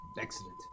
Excellent